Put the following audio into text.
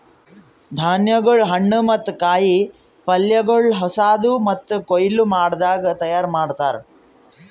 ಧಾನ್ಯಗೊಳ್, ಹಣ್ಣು ಮತ್ತ ಕಾಯಿ ಪಲ್ಯಗೊಳ್ ಹೊಸಾದು ಮತ್ತ ಕೊಯ್ಲು ಮಾಡದಾಗ್ ತೈಯಾರ್ ಮಾಡ್ತಾರ್